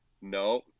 No